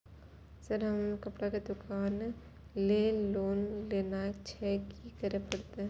हमर कपड़ा के दुकान छे लोन लेनाय छै की करे परतै?